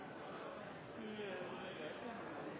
du